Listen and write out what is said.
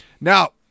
Now